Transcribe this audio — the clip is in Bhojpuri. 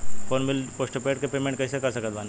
फोन बिल पोस्टपेड के पेमेंट कैसे कर सकत बानी?